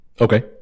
Okay